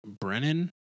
brennan